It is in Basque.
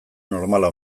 normala